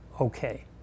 okay